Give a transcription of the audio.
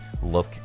Look